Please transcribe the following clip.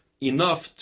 enough